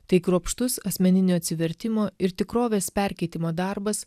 tai kruopštus asmeninio atsivertimo ir tikrovės perkeitimo darbas